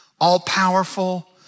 all-powerful